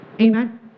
Amen